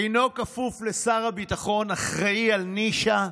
אינו כפוף לשר הביטחון, אחראי על נישה,